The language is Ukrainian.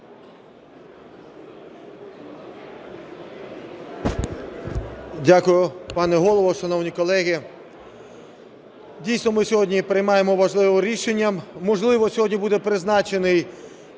Дякую. Пане Голово, шановні колеги! Дійсно, ми сьогодні приймаємо важливе рішення. Можливо, сьогодні буде призначений